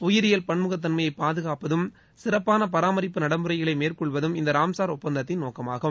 உயிரியல் பன்முகத்தன்மையப் பாதுகாப்பதும் சிறப்பான பராமரிப்பு நடைமுறைகளை மேற்கொள்வதும் இந்த ரம்சார் ஒப்பந்தத்தின் நோக்கமாகும்